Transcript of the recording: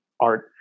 art